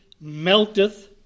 melteth